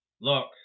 Look